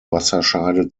wasserscheide